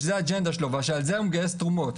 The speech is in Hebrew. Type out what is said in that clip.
שזו האג'נדה שלו ועל זה הוא מגייס תרומות.